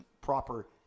proper